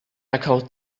echoed